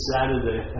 Saturday